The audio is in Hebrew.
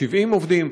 70 עובדים.